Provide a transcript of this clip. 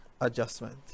adjustment